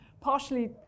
partially